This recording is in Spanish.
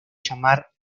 llamar